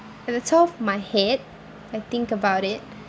at the top of my head I think about it